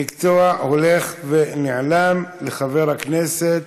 מקצוע הולך ונעלם, של חבר הכנסת